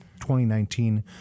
2019